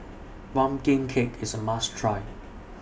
Pumpkin Cake IS A must Try